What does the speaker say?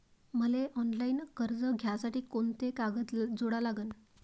मले ऑफलाईन कर्ज घ्यासाठी कोंते कागद जोडा लागन?